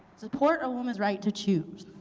support a woman's right to choose.